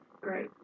great